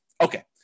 Okay